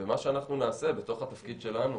מה שאנחנו נעשה בתוך התפקיד שלנו